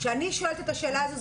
כשאני שואלת את השאלה הזו,